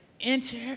Enter